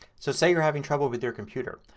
so say you're having trouble with your computer.